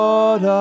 Lord